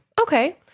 Okay